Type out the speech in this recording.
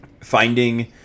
finding